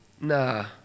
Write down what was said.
Nah